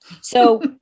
So-